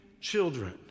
children